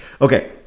Okay